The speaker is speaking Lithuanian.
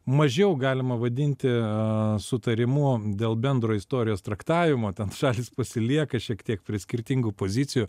mažiau galima vadinti sutarimu dėl bendro istorijos traktavimo ten šalys pasilieka šiek tiek prie skirtingų pozicijų